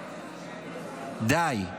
די.